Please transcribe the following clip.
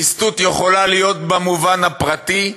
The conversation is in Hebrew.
ליסטות יכולה להיות במובן הפרטי,